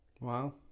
Wow